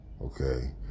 okay